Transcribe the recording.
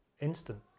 instant